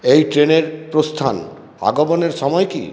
এই ট্রেনের প্রস্থান আগমনের সময় কী